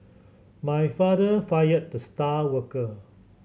my father fired the star worker